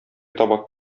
табак